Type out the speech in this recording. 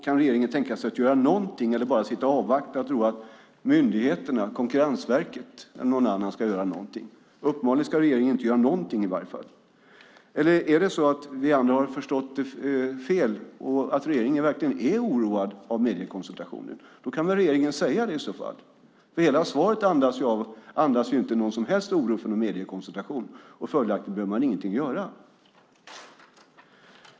Kan regeringen tänka sig att göra något, eller vill man bara sitta och avvakta och tro att myndigheterna - Konkurrensverket eller andra - ska göra något? Uppenbarligen ska regeringen inte göra något. Eller har vi andra förstått detta fel? Regeringen kanske verkligen är oroad av mediekoncentrationen? Då kan väl regeringen säga det i så fall! Hela svaret andas inte någon som helst oro för någon mediekoncentration, och följaktligen behöver man ingenting göra.